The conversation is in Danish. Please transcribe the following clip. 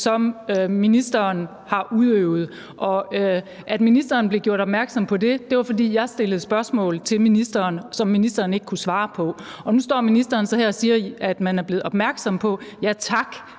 som ministeren har udøvet. Og at ministeren blev gjort opmærksom på det, skyldtes, at jeg stillede spørgsmål til ministeren, som ministeren ikke kunne svare på. Nu står ministeren så her og siger, at man er blevet opmærksom på det. Ja tak,